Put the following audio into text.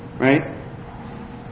Right